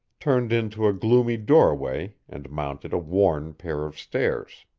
turned into a gloomy doorway and mounted a worn pair of stairs.